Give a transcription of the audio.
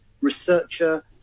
researcher